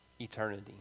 eternity